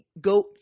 go